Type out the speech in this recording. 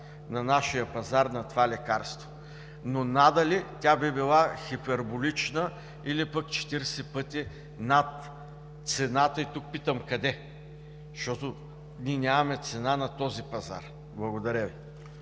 на нашия пазар на това лекарство. Но надали тя би била хиперболична, или пък 40 пъти над цената и тук питам: къде? Защото ние нямаме цена на този пазар. Благодаря Ви.